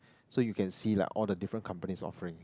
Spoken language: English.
so you can see like all the different companies offering